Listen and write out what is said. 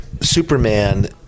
Superman